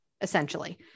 essentially